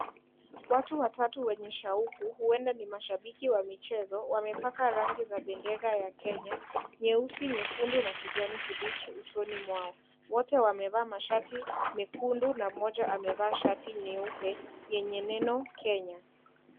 Watu watatu wenye shauku huenda ni mashabiki wa michezo wamepaka rangi ya bedera ya Kenya nyeusi, nyekundu na kijani kimbichi usoni mwao. Wote wamevaa mashati mekundu na mmoja amevaa shati nyeupe yenye neno Kenya.